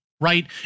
Right